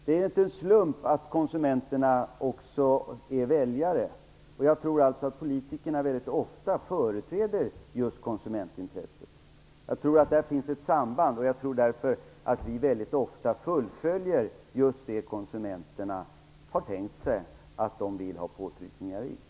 Det är inte en slump att konsumenterna också är väljare. Politikerna brukar företräda konsumentintresset. Där finns det ett samband. Därför fullföljer vi ofta just det som konsumenterna vill ha påtryckningar på.